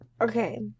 Okay